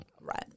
right